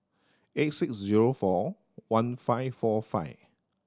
eight six zero four one five four five